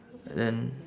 and then